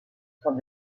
sont